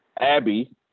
Abby